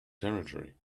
territory